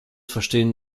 verstehen